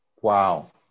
wow